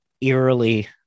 eerily